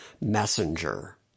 messenger